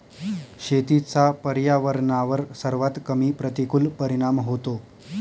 शेतीचा पर्यावरणावर सर्वात कमी प्रतिकूल परिणाम होतो